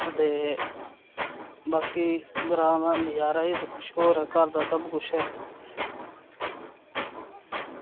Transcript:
ते बाकी ग्रांऽ दा नज़ारा ई होर घर दा सबकिश ऐ